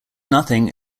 nothing